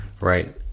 right